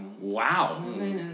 wow